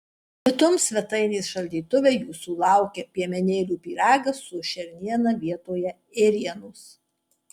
pietums svetainės šaldytuve jūsų laukia piemenėlių pyragas su šerniena vietoje ėrienos